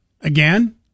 Again